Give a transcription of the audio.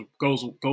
goes